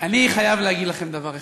חייב להגיד לכם דבר אחד: